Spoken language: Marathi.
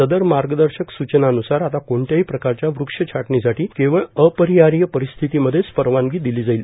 सदर मागदशक सूचनांन्सार आता कोणत्याही प्रकारच्या वृक्ष छाटणीसाठीं केवळ अर्पारहाय र्पारस्थितीमध्येच परवानगी दिलो जाईल